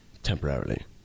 Temporarily